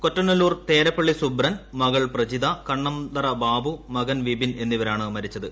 കൊറ്റനെല്ലൂർ തേരപ്പിള്ളി സുബ്രൻ മകൾ പ്രജിത കണ്ണന്തറ ബാബു മകൻ വിപിൻ എന്നിവരാണ് മരിച്ചത്